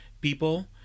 people